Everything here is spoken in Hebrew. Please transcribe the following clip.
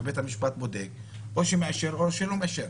ובית המשפט בודק ואו שמאשר או שלא מאשר,